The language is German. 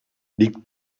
liegt